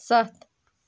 ستھ